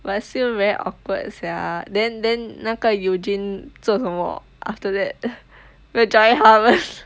but still very awkward sia then then 那个 eugene 做什么 after that